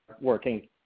working